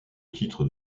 titre